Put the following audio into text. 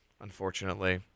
unfortunately